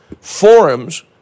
forums